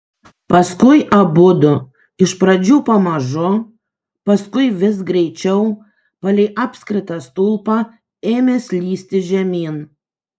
paskui abudu iš pradžių pamažu paskui vis greičiau palei apskritą stulpą ėmė slysti žemyn